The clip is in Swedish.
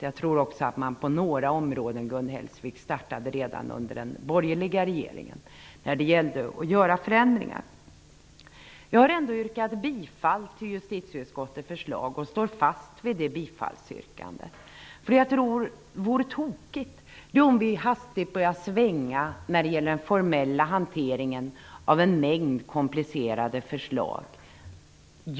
Jag tror också att det under den borgerliga regeringens tid med Gun Hellsvik som justitieminister började genomföras förändringar på några områden. Jag har ändock yrkat bifall till justitieutskottets förslag, och jag står fast vid det bifallsyrkandet. Jag tror att det vore tokigt om vi hastigt började svänga här i kammaren när det gäller den formella hanteringen av en mängd komplicerade förslag.